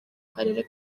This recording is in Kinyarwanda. karere